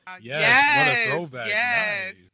yes